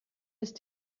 ist